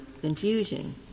confusion